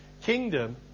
kingdom